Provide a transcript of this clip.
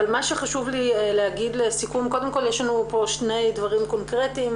יש לנו שני דברים קונקרטיים.